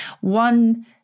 one